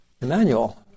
Emmanuel